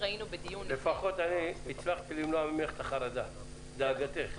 לפחות אני הצלחתי למנוע ממך את החרדה, דאגתך.